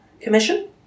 Commission